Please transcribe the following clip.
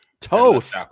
Toth